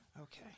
Okay